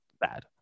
bad